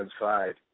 inside